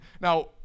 now